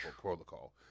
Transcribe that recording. protocol